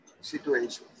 situations